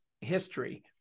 history